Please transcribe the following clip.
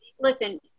listen